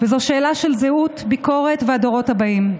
וזו שאלה של זהות, ביקורת והדורות הבאים.